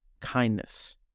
kindness